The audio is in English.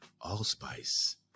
allspice